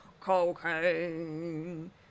Cocaine